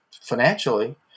financially